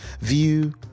view